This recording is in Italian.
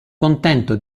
contento